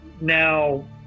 now